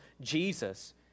Jesus